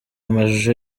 amashusho